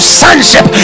sonship